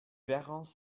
verrons